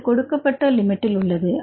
அது கொடுக்க பட்ட லிமிட்ல் உள்ளது